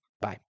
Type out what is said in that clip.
Bye